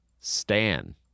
stan